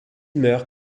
meurt